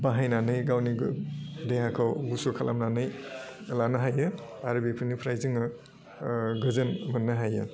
बाहायनानै गावनि गो देहाखौ गुसु खालामनानै लानो हायो आरो बेफोरनिफ्राय जोङो ओह गोजोन मोननो हायो